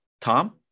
Tom